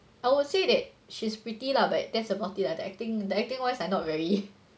I would say that she's pretty lah but that's about it lah the acting the acting wise I not very